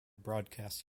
broadcast